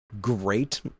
great